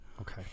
Okay